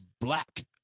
black